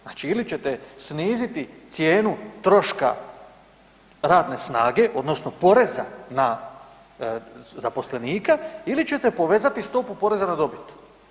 Znači ili ćete sniziti cijenu troška radne snage odnosno poreza na zaposlenike ili ćete povećati stopu poreza na dobit.